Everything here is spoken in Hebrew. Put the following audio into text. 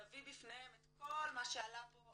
תביא בפניהם את כל מה שעלה פה,